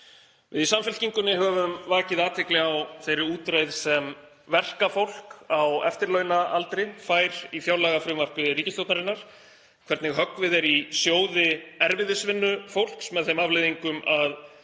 Við í Samfylkingunni höfum vakið athygli á þeirri útreið sem verkafólk á eftirlaunaaldri fær í fjárlagafrumvarpi ríkisstjórnarinnar, hvernig höggvið er í sjóði erfiðisvinnufólks með þeim afleiðingum að